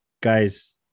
Guys